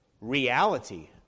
reality